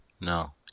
No